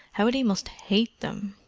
how they must hate them!